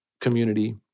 community